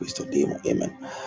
Amen